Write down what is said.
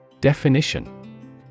Definition